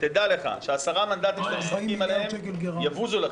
דע לך שעשרת המנדטים שאתם משחקים עליהם יבוזו לכם,